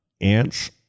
ants